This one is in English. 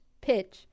pitch